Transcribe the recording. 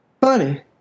Funny